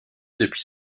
depuis